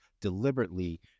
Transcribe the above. deliberately